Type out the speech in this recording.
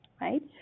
right